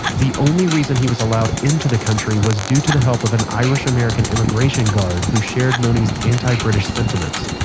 the only reason he was allowed in to the country was due to the help of an irish-american immigration guard who shared noni's anti-british sentiments